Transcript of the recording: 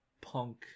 punk